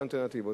יש אלטרנטיבות.